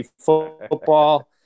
football